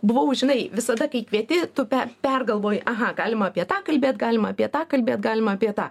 buvau žinai visada kai kvieti tu pe pergalvoji aha galima apie tą kalbėt galima apie tą kalbėt galima apie tą